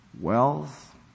wealth